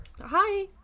hi